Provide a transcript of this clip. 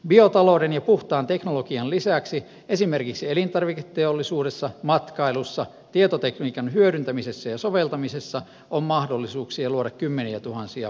biotalouden ja puhtaan teknologian lisäksi esimerkiksi elintarviketeollisuudessa matkailussa sekä tietotekniikan hyödyntämisessä ja soveltamisessa on mahdollisuuksia luoda kymmeniätuhansia uusia työpaikkoja